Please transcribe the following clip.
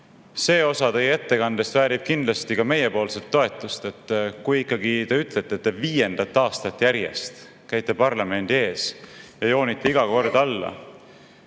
see osa teie ettekandest väärib kindlasti meiepoolset toetust. Kui te ikkagi ütlete, et te viiendat aastat järjest käite parlamendi ees ja joonite iga kord alla,